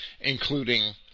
including